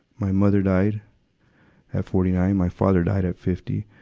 my mother died at forty nine. my father died at fifty.